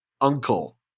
uncle